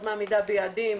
מאוד מאמינה ביעדים,